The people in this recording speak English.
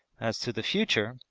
as to the future,